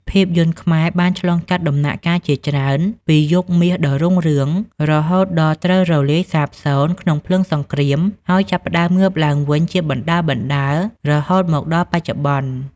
ភាពយន្តខ្មែរបានឆ្លងកាត់ដំណាក់កាលជាច្រើនពីយុគមាសដ៏រុងរឿង រហូតដល់ត្រូវរលាយសាបសូន្យក្នុងភ្លើងសង្គ្រាម ហើយចាប់ផ្ដើមងើបឡើងវិញជាបណ្ដើរៗរហូតមកដល់បច្ចុប្បន្ន។